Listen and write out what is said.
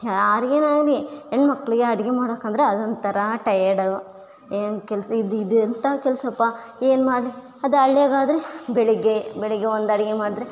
ಯಾರಿಗೇನು ಆಗಲಿ ಹೆಣ್ಮಕ್ಳಿಗೆ ಅಡ್ಗೆ ಮಾಡೋಕ್ಕೆ ಅಂದ್ರೆ ಅದೊಂಥರ ಟಯರ್ಡೊ ಏನು ಕೆಲಸ ಇದು ಇದಯ ಎಂಥ ಕೆಲಸಪ್ಪ ಏನು ಮಾಡಲಿ ಅದೇ ಹಳ್ಳಿಯಗಾದರೆ ಬೆಳಿಗ್ಗೆ ಬೆಳಿಗ್ಗೆ ಒಂದು ಅಡುಗೆ ಮಾಡಿದ್ರೆ